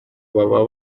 baba